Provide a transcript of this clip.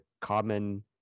common